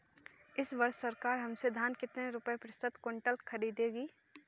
इस वर्ष सरकार हमसे धान कितने रुपए प्रति क्विंटल खरीदेगी?